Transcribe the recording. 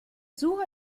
suche